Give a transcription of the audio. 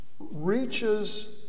Reaches